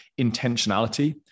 intentionality